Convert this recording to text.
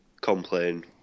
complain